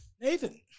Nathan